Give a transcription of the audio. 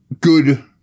good